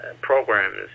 programs